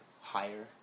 higher